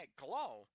glow